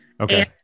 Okay